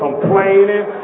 complaining